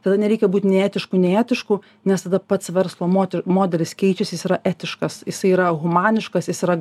tada nereikia būti nei etišku nei etišku nes tada pats verslo moter modelis keičiasi jis yra etiškas jisai yra humaniškas jis yra